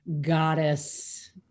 goddess